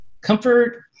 comfort